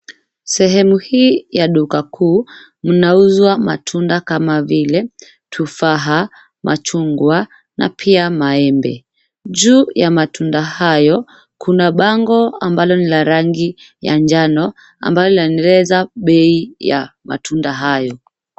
Sehemu hii ya duka kuu mnauzwa matunda kama vile tufaha, machungwa na Pia maembe. Juu ya matunda hayo kuna bango ambalo ni la rangi ya njano ambalo linaeleza bei ya matunda hayo.